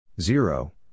Zero